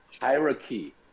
hierarchy